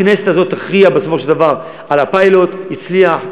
הכנסת הזאת תכריע בסופו של דבר על הפיילוט: הצליח,